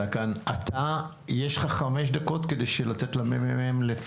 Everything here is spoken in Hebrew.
אתה תדבר אחרי ה-ממ״מ,